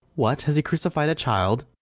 what, has he crucified a child?